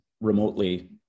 remotely